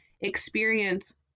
experience